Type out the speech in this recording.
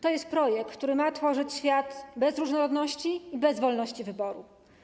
To jest projekt, który ma tworzyć świat bez różnorodności i bez wolności wyboru.